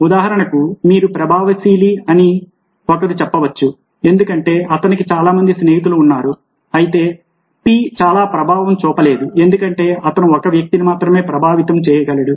ఉదాహరణకు మీరు ప్రభావశీలి అని ఒకరు చెప్పవచ్చు ఎందుకంటే అతనికి చాలా మంది స్నేహితులు ఉన్నారు అయితే p చాలా ప్రభావం చూపలేదు ఎందుకంటే అతను ఒక వ్యక్తిని మాత్రమే ప్రభావితం చేయగలడు